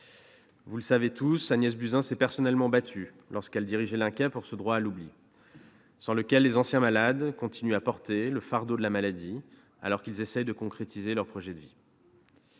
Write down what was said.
Vous le savez, Agnès Buzyn s'est personnellement battue lorsqu'elle dirigeait l'INCa pour ce droit à l'oubli, sans lequel les anciens malades continuent à porter le fardeau de la maladie alors qu'ils essayent de concrétiser un projet de vie.